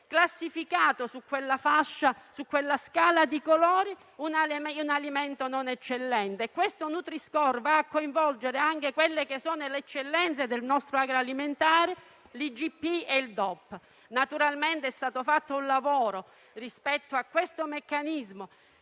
classificati, su quella scala di colori, come alimenti non eccellenti. Il nutri-score va a coinvolgere anche le eccellenze del nostro agroalimentare, l'IGP e il DOP. Naturalmente è stato fatto un lavoro rispetto a questo meccanismo,